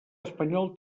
espanyol